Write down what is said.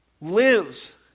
lives